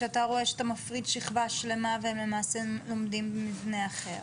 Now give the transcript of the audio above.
כשאתה רואה שאתה מפריד שכבה שלמה והם למעשה לומדים במבנה אחר